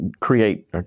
create